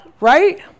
right